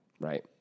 right